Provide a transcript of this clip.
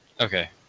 Okay